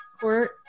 court